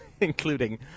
including